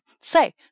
say